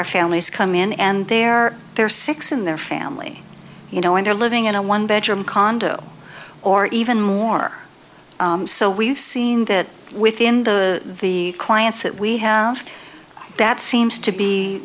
our families come in and they're they're six in their family you know and they're living in a one bedroom condo or even more so we've seen that within the the clients that we have that seems to be